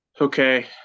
Okay